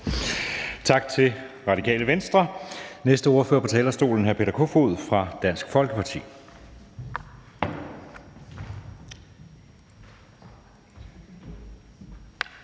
Tak til Radikale Venstre. Den næste ordfører på talerstolen er hr. Peter Kofod fra Dansk Folkeparti.